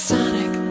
Sonic